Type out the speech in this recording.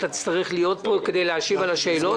אתה תצטרך להיות פה כדי להשיב על השאלות.